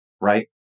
right